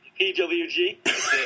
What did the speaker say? PWG